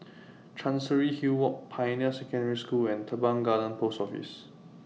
Chancery Hill Walk Pioneer Secondary School and Teban Garden Post Office